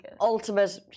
ultimate